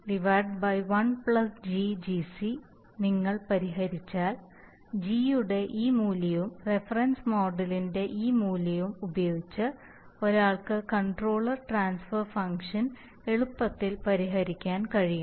GGc 1GGc നിങ്ങൾ പരിഹരിച്ചാൽ G യുടെ ഈ മൂല്യവും റഫറൻസ് മോഡലിന്റെ ഈ മൂല്യവും ഉപയോഗിച്ച് ഒരാൾക്ക് കൺട്രോളർ ട്രാൻസ്ഫർ ഫംഗ്ഷൻ എളുപ്പത്തിൽ പരിഹരിക്കാൻ കഴിയും